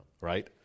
right